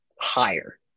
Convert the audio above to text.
higher